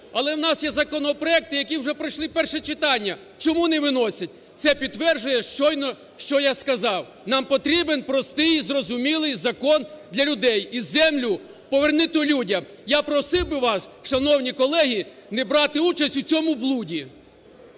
але у нас є законопроекти, які вже пройшли перше читання. Чому не виносять? Це підтверджує щойно, що я сказав, нам потрібний простий і зрозумілий закон для людей, і землю повернути людям. Я просив би вас, шановні колеги, не брати участь у цьому блуді.